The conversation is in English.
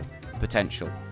potential